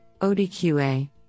ODQA